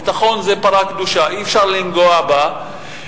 ביטחון זה פרה קדושה, אי-אפשר לגעת בה.